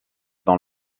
dans